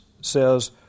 says